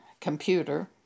computer